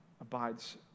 abides